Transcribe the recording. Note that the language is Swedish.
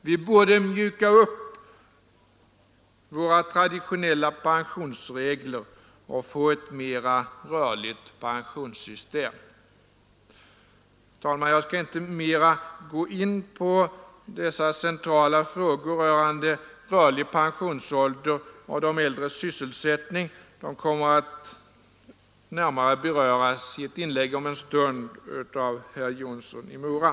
Vi borde mjuka upp våra traditionella pensionsregler och få ett mera rörligt pensionssystem. Jag skall emellertid inte nu gå djupare in på dessa centrala frågor om rörlig pensionsålder och de äldres sysselsättning, eftersom de om en stund kommer att närmare beröras i ett inlägg av herr Jonsson i Mora.